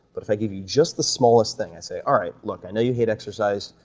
but if i give you just the smallest thing, i say, all right, look, i know you hate exercise,